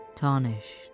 Tarnished